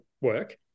work